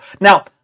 Now